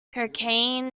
cocaine